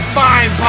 fine